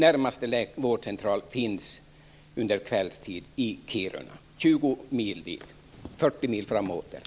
Närmaste vårdcentral finns under kvällstid i Kiruna, 20 mil bort. Resan fram och åter blir 40 mil.